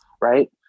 Right